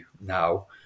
now